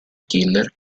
killer